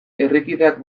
herrikideak